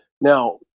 Now